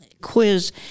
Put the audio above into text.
quiz